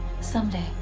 Someday